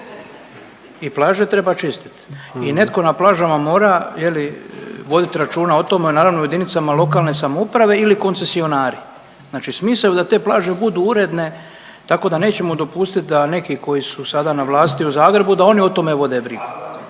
I plaže treba čistiti i netko na plažama mora je li voditi računa o tome naravno u jedinicama lokalne samouprave ili koncesionari. Znači smisao je da te plaže budu uredne tako da nećemo dopustiti da neki koji su sada na vlasti u Zagrebu da oni o tome vode brigu.